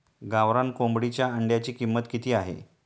गावरान कोंबडीच्या अंड्याची किंमत किती आहे?